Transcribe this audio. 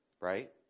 Right